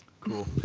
cool